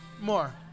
More